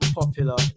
popular